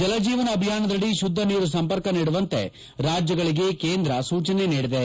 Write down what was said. ಜಲಜೀವನ ಅಭಿಯಾನದಡಿ ಶುಧ್ಧ ನೀರು ಸಂಪರ್ಕ ನೀಡುವಂತೆ ರಾಜ್ಯಗಳಿಗೆ ಕೇಂದ್ರ ಸೂಚನೆ ನೀಡಿದೆ